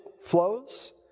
flows